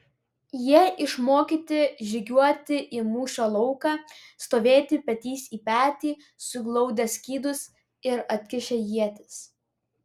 jie išmokyti žygiuoti į mūšio lauką stovėti petys į petį suglaudę skydus ir atkišę ietis